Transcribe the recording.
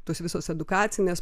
tos visos edukacinės